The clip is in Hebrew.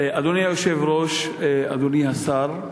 אדוני היושב-ראש, אדוני השר,